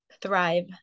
thrive